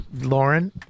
Lauren